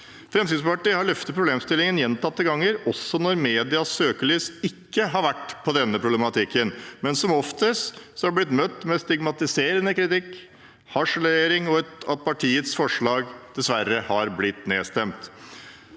Fremskrittspartiet har løftet problemstillingen gjentatte ganger, også når medias søkelys ikke har vært på denne problematikken, men som oftest har vi blitt møtt med stigmatiserende kritikk og harselering, og partiets forslag har dessverre blitt nedstemt.